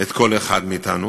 כל אחד מאתנו.